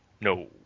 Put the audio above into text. No